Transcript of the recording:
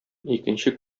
икенче